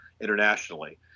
internationally